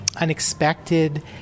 unexpected